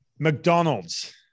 mcdonald's